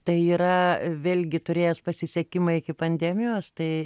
tai yra vėlgi turėjęs pasisekimą iki pandemijos tai